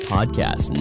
Podcast